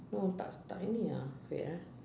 no tak tak ini ah wait eh